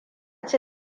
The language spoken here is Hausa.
ci